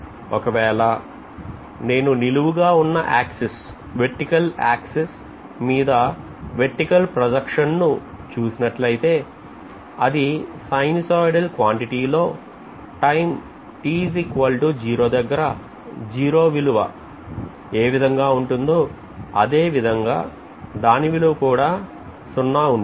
ఒకవేళ నేను నిలువుగా ఉన్న ఆక్సిస్ మీద ఉన్న vertical projection ను చూసినట్లయితే అది sinusoidal quantity లో టైం దగ్గర 0 విలువ ఏ విధంగా ఉంటుందో అదేవిధంగా దాని యొక్క విలువ కూడా సున్నా0 ఉంటుంది